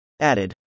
Added